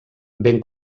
ben